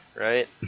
right